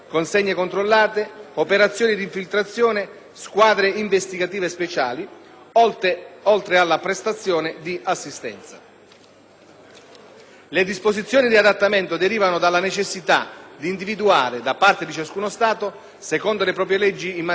oltre alla prestazione di assistenza. Le disposizioni di adattamento derivano dalla necessità di individuare, da parte di ciascuno Stato, secondo le proprie leggi in materia doganale, le amministrazioni di riferimento cui spetta la concreta attuazione della convenzione.